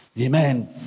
Amen